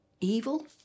evil